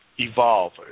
Evolve